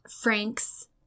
Frank's